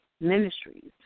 ministries